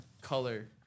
color